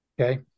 Okay